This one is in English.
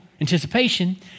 anticipation